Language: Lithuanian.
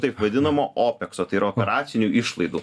taip vadinamo opekso tai yra operacinių išlaidų